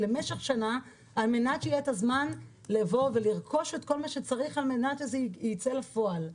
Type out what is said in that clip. למשך שנה היא כדי שיהיה הזמן לרכוש את כל מה שצריך כדי שזה ייצא לפועל.